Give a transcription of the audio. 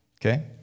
Okay